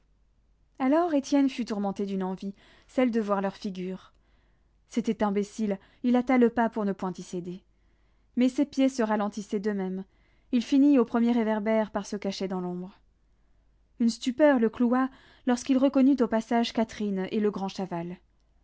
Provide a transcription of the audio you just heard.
alors étienne fut tourmenté d'une envie celle de voir leurs figures c'était imbécile il hâta le pas pour ne point y céder mais ses pieds se ralentissaient d'eux-mêmes il finit au premier réverbère par se cacher dans l'ombre une stupeur le cloua lorsqu'il reconnut au passage catherine et le grand chaval